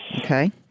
Okay